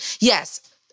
yes